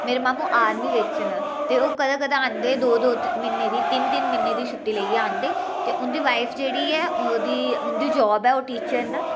मेरे मामू आर्मी बिच न ते ओह् कदें कदें आंदे दो दो म्हीने तीन तीन म्हीने दी छुट्टी लेइयै आंदे ते उं'दी वाइफ जेह्ड़ी ऐ उं'दी जॉब ऐ ओह् टीचर न